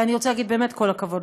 ואני רוצה להגיד באמת: כל הכבוד,